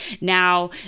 now